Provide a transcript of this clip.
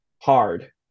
Hard